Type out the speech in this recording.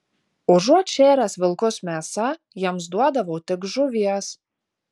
užuot šėręs vilkus mėsa jiems duodavau tik žuvies